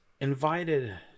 invited